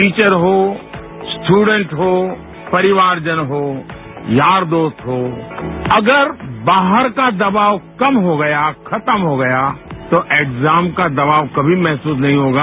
teacher हो student हो परिवार जन हो यार दोस्त हो अगर बाहर का दवाब कम हो गया खत्म हो गया तो एक्जाम का दवाब कभी महसूस नहीं होगा